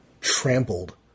trampled